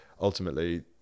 ultimately